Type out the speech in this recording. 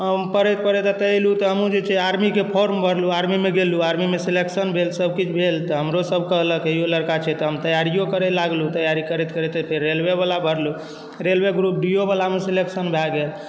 पढ़ैत पढ़ैत एतऽ अएलहुँ तऽ हमहूँ जे छै आर्मीके फॉर्म भरलहुँ आर्मीमे गेलहुँ आर्मीमे सेलेक्शन भेल सबकिछु भेल तऽ हमरो सब कहलक इहो लड़का छै तऽ हम तैयारिओ लागलहुँ तैआरी करैत करैत फेर रेलवेवला भरलहुँ रेलवे ग्रुप डी ओवलामे सेलेक्शन भऽ गेल